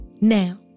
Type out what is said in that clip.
now